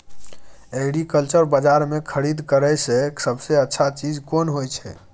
Agriculture बाजार में खरीद करे से सबसे अच्छा चीज कोन होय छै?